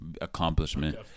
accomplishment